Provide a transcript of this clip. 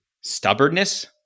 stubbornness